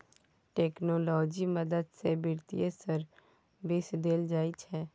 technology मदद सँ बित्तीय सर्विस देल जाइ छै